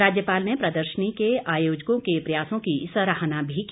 राज्यपाल ने प्रदर्शनी के आयोजकों के प्रयासों की सराहना भी की